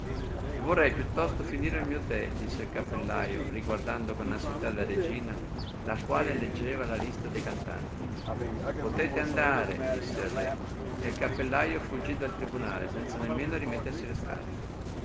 vorrei piuttosto finire il mio tè disse il cappellaio riguardando con ansietà la regina la quale leggeva la lista de cantanti potete andare disse il re e il cappellaio fuggì dal tribunale senza nemmeno rimettersi le scarpe